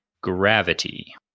gravity